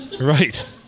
Right